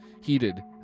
heated